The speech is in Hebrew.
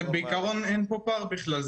בעיקרון, אין פה פער בכלל.